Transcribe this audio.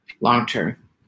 long-term